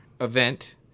event